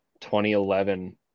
2011